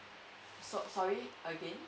sorry again